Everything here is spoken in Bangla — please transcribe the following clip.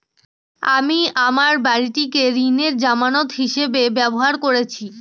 আমি আমার বাড়িটিকে ঋণের জামানত হিসাবে ব্যবহার করেছি